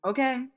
Okay